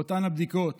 באותן הבדיקות